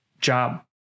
job